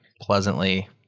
pleasantly